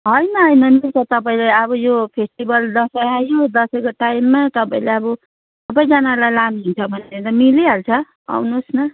हैन हैन मिल्छ तपाईँलाई अब यो फेस्टिभल दसैँ आयो दसैँको टाइममा तपाईँलाई अब सबैजनालाई लानुहुन्छ भने त मिलिहाल्छ आउनुहोस् न